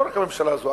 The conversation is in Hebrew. לא רק הממשלה הזו,